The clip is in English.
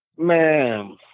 Man